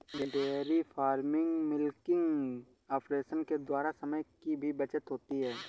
dairy farming milking operation के द्वारा समय की भी बचत होती है